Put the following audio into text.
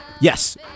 Yes